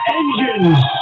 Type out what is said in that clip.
engines